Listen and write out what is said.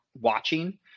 watching